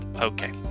Okay